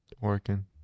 Working